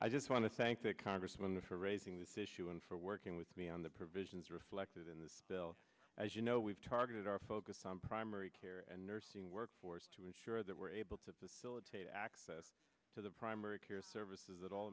i just want to thank the congressman the for raising this issue and for working with me on the provisions reflected in the bill as you know we've targeted our focus on primary care and nursing workforce to ensure that we're able to facilitate access to the primary care services that all